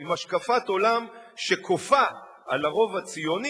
עם השקפת עולם שכופה על הרוב הציוני